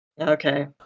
Okay